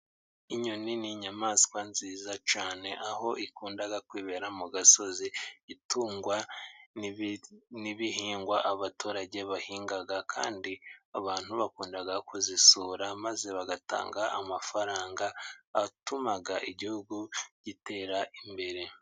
Inyoni ni inyamaswa nziza cyane aho ikunda kwibera mu gasozi, itungwa n'ibihingwa abaturage bahinga kandi abantu bakunda kuzisura, maze bagatanga amafaranga atuma igihugu gitera imbere.